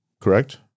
correct